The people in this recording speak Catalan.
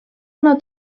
una